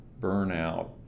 burnout